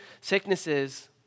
sicknesses